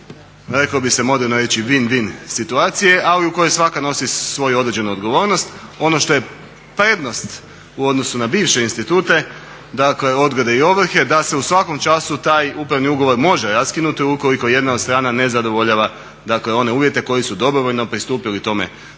Reklo bi se moderno reći win-win situacije, ali u kojoj svaka nosi svoju određenu odgovornost. Ono što je prednost u odnosu na bivše institute, dakle odgode i ovrhe da se u svakom času taj upravni ugovor može raskinuti ukoliko jedna od strana ne zadovoljava, dakle one uvjete koji su dobrovoljno pristupili tome ugovoru.